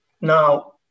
Now